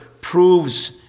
proves